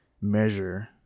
measure